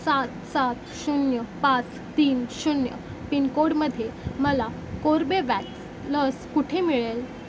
सात सात शून्य पाच तीन शून्य पिनकोडमध्ये मला कोर्बेवॅक्स लस कुठे मिळेल